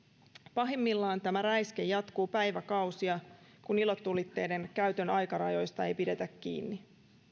pahimmillaan tämä räiske jatkuu päiväkausia kun ilotulitteiden käytön aikarajoista ei pidetä kiinni